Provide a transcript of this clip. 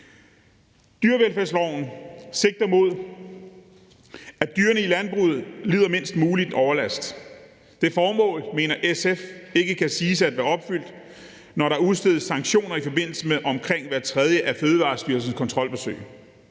Dyrevelfærdsloven sigter mod, at dyrene i landbruget lider mindst mulig overlast. Det formål mener SF ikke kan siges at være opfyldt, når der udstedes sanktioner i forbindelse med omkring hver tredje af Fødevarestyrelsens kontrolbesøg.